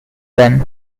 then